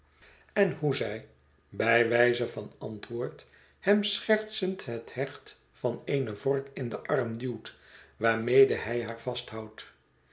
en hoe zij bij wijze van antwoord hem schertsend het hecht van eene vork in den arm duwt waarmede hij haar vasthoudt